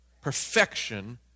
Perfection